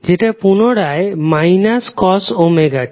যেটা পুনরায় cos ωt